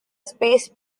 space